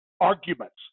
arguments